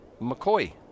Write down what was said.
McCoy